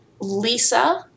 Lisa